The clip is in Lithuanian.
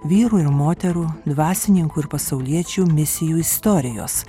vyrų ir moterų dvasininkų ir pasauliečių misijų istorijos